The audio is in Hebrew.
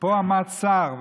פה עמד שר,